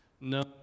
no